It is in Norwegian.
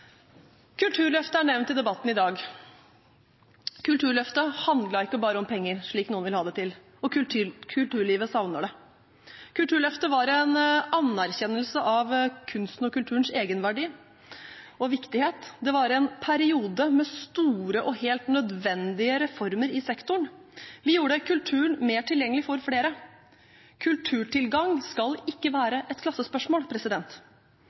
Kulturløftet er nevnt i debatten i dag. Kulturløftet handlet ikke bare om penger, slik noen vil ha det til, og kulturlivet savner det. Kulturløftet var en anerkjennelse av kunsten og kulturens egenverdi og viktighet. Det var en periode med store og helt nødvendige reformer i sektoren. Vi gjorde kulturen mer tilgjengelig for flere. Kulturtilgang skal ikke være et klassespørsmål.